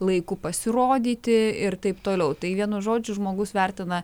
laiku pasirodyti ir taip toliau tai vienu žodžiu žmogus vertina